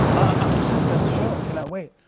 i'm excited about the show. i cannot wait.